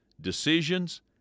decisions